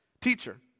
Teacher